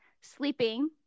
sleeping